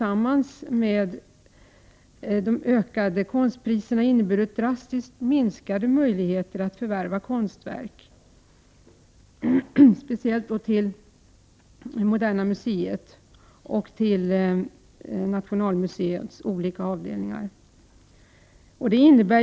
Detta och de höjda konstpriserna har inneburit drastiskt minskade möjligheter att förvärva konstverk — framför allt till Moderna museet och Nationalmuseums olika avdelningar. För framtiden innebär